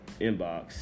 inbox